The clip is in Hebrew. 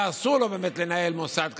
ואסור לו באמת לנהל מוסד כזה.